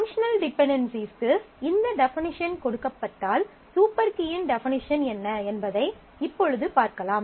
functional டிபென்டென்சிஸ்க்கு இந்த definition கொடுக்கப்பட்டால் சூப்பர் கீயின் டெஃபனிஷன் என்ன என்பதை இப்பொழுது பார்க்கலாம்